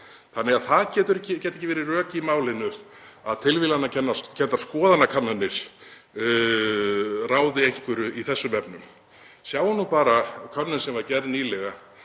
þannig að það geta ekki verið rök í málinu að tilviljunarkenndar skoðanakannanir ráði einhverju í þessum efnum. Sjáum bara könnun sem var gerð nýlega